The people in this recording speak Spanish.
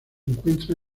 encuentra